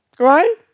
Right